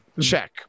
Check